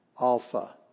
Alpha